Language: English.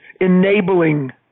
enabling